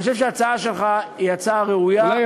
אני חושב שההצעה שלך היא הצעה ראויה,